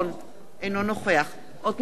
אינו נוכח עתניאל שנלר,